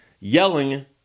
yelling